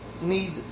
Need